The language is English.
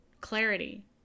Clarity